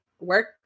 work